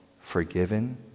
forgiven